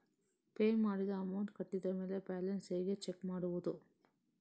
Pay ಮಾಡಿದ amount ಕಟ್ಟಿದ ಮೇಲೆ ಬ್ಯಾಲೆನ್ಸ್ ಹೇಗೆ ಚೆಕ್ ಮಾಡುವುದು?